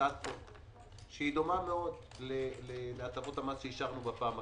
הצעת חוק שהיא דומה מאוד להטבות המס שאישרנו בפעם הקודמת.